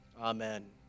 amen